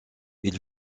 ils